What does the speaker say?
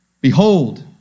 Behold